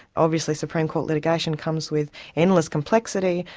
obviously supreme court litigation comes with endless complexity,